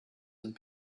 and